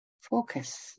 focus